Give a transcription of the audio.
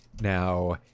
Now